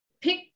pick